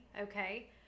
okay